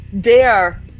dare